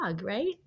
right